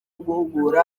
guhugura